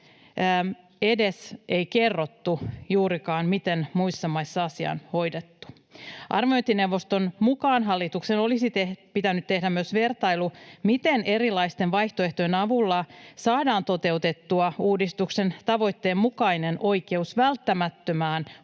Ei kerrottu juurikaan edes, miten muissa maissa asia on hoidettu. Arviointineuvoston mukaan ”hallituksen olisi pitänyt tehdä myös vertailu, miten erilaisten vaihtoehtojen avulla saadaan toteutettua uudistuksen tavoitteen mukainen oikeus välttämättömään huolenpitoon